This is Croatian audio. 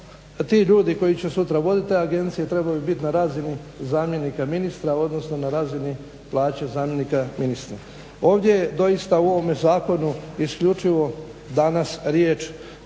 ti ljudi koji će sutra vodit te agencije trebaju bit na razini zamjenika ministra, odnosno na razini plaće zamjenika ministra. Ovdje doista u ovome zakonu isključivo danas riječ